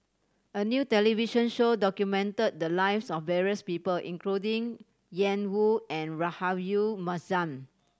a new television show documented the lives of various people including Ian Woo and Rahayu Mahzam